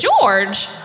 George